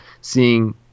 seeing